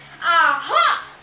Aha